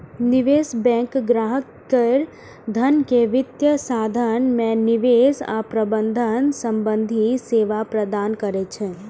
निवेश बैंक ग्राहक केर धन के वित्तीय साधन मे निवेश आ प्रबंधन संबंधी सेवा प्रदान करै छै